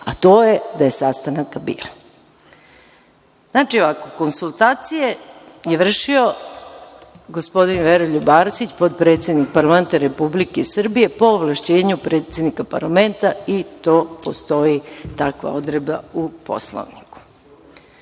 a to je da je sastanaka bilo. Znači, ovako, konsultacije je vršio gospodin Veroljub Arsić, potpredsednik parlamenta Republike Srbije po ovlašćenju predsednika parlamenta i postoji takva odredba u Poslovniku.